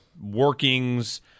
workings